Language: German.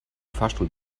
fahrstuhl